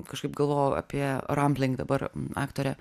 kažkaip galvojau apie rampling dabar aktorę